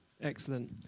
Excellent